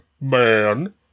man